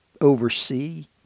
oversee